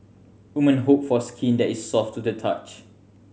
women hope for skin that is soft to the touch